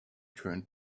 turned